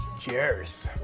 Cheers